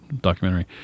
documentary